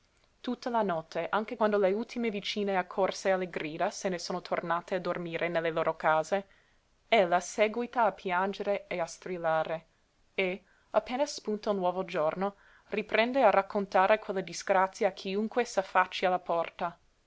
tutta la notte anche quando le ultime vicine accorse alle grida se ne sono tornate a dormire nelle loro case ella séguita a piangere e a strillare e appena spunta il nuovo giorno riprende a raccontare quella disgrazia a chiunque s'affacci alla porta